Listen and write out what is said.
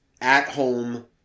at-home